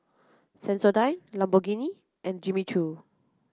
Sensodyne Lamborghini and Jimmy Choo